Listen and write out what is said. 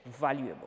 valuable